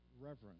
reverence